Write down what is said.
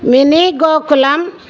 mini Gokulam